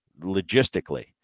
logistically